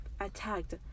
attacked